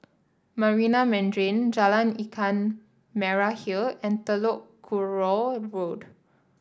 Marina Mandarin Jalan Ikan Merah Hill and Telok Kurau Road